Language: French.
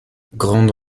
grande